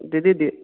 ଦିଦି